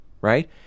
right